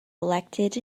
elected